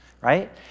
right